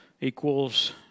equals